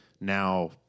Now